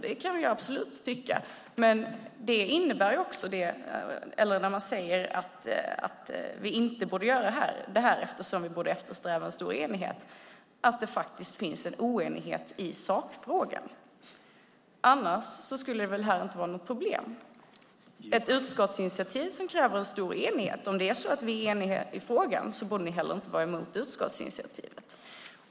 Det kan vi absolut tycka, men när man säger att man inte borde göra detta eftersom vi borde eftersträva en stor enighet innebär det att det finns en oenighet i sakfrågan. Annars skulle det väl inte vara något problem. Ett utskottsinitiativ kräver en stor enighet. Om det är så att vi är eniga i frågan borde ni inte heller vara emot utskottsinitiativet.